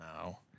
No